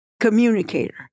communicator